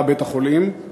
שבית-החולים נקלע אליו?